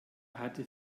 hatte